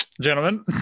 gentlemen